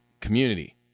community